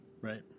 Right